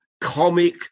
comic